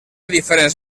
diferents